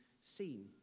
seen